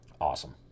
awesome